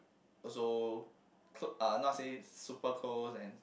also cl~ uh not say super close and